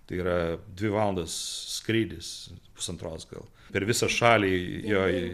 tai yra dvi valandos skrydis pusantros gal per visą šalį jo į